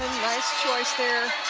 nice choice there.